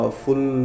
full